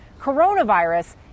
coronavirus